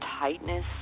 tightness